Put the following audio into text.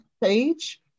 page